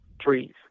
trees